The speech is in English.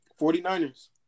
49ers